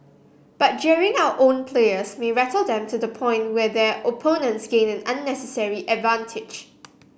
but jeering our own players may rattle them to the point where their opponents gain an unnecessary advantage